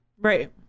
Right